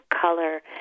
color